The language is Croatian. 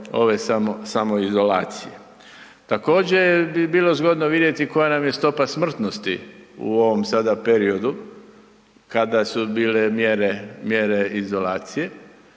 ove samoizolacije. Također bi bilo zgodno vidjeti koja nam je stopa smrtnosti u ovom sada periodu kada su bile mjere izolacije,